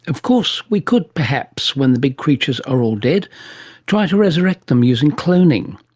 of course we could perhaps when the big creatures are all dead try to resurrect them using cloning.